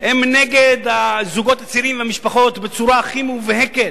הם נגד הזוגות הצעירים והמשפחות בצורה הכי מובהקת.